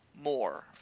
More